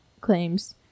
claims